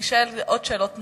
תישאל שאלות נוספות.